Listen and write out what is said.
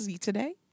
today